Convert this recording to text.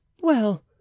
Well